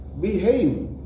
behave